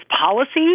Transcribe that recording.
policies